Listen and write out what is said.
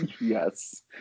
yes